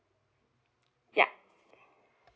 ya